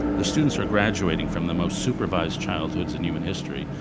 the students are graduating from the most supervised childhoods in human history,